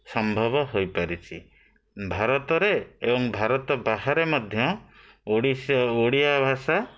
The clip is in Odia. ସମ୍ଭବ ହୋଇପାରିଛି ଭାରତରେ ଏବଂ ଭାରତ ବାହାରେ ମଧ୍ୟ ଓଡ଼ିଶୀ ଓଡ଼ିଆ ଭାଷା